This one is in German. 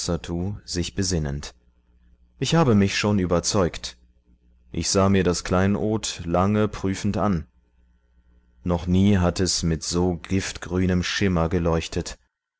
sich besinnend ich habe mich schon überzeugt ich sah mir das kleinod lange prüfend an noch nie hat es mit so giftgrünem schimmer geleuchtet